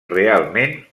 realment